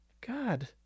God